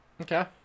Okay